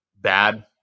bad